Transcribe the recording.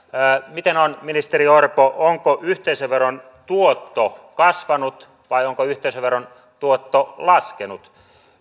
miten on ministeri orpo onko yhteisöveron tuotto kasvanut vai onko yhteisöveron tuotto laskenut